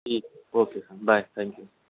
G okay bye thank you